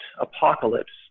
apocalypse